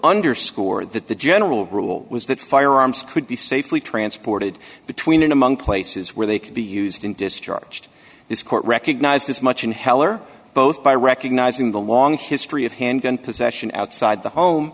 underscored that the general rule was that firearms could be safely transported between and among places where they could be used in discharged this court recognized as much in heller both by recognizing the long history of handgun possession outside the home